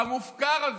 המופקר הזה,